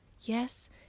Yes